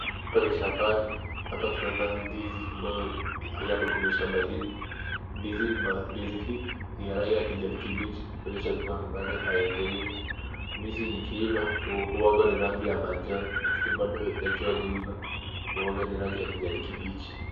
Hapa ni shambani. Hapa tunaona ndizi ambayo yako kwenye shamba hili. Ndizi ni ndizi hii ni ya rangi ya kijani kibichi, kuonyesha kuwa bado haijaiva. Ndizi ikiiva huanga ni rangi ya manjano lakini bado ikiwa haijaiva huanga ni rangi ya kijani kibichi.